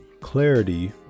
clarity